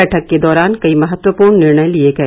बैठक के दौरान कई महत्वपूर्ण निर्णय लिए गए